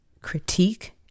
critique